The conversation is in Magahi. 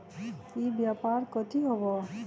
ई व्यापार कथी हव?